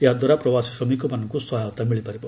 ଏହାଦ୍ୱାରା ପ୍ରବାସୀ ଶ୍ରମିକମାନଙ୍କୁ ସହାୟତା ମିଳିପାରିବ